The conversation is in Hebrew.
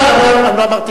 אדוני היושב-ראש,